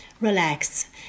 relax